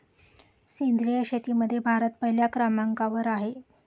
सेंद्रिय शेतीमध्ये भारत पहिल्या क्रमांकावर आहे